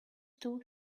two